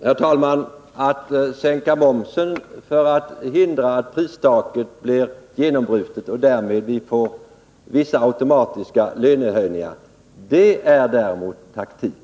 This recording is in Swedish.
Herr talman! Att sänka momsen för att hindra att pristaket bryts igenom, med påföljd att vi får vissa automatiska lönehöjningar, är däremot taktik.